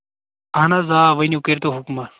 اَہن حظ آ ؤنِو کٔرۍتو حُکمہ